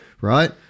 right